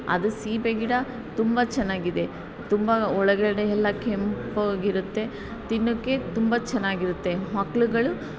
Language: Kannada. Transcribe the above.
ಅದು ಸೀಬೆ ಗಿಡ ತುಂಬ ಚೆನ್ನಾಗಿದೆ ತುಂಬ ಒಳಗಡೆಯೆಲ್ಲಾ ಕೆಂಪುಗಿರುತ್ತೆ ತಿನ್ನೋಕೆ ತುಂಬ ಚೆನ್ನಾಗಿರುತ್ತೆ ಮಕ್ಕಳುಗಳು